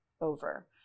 over